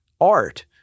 art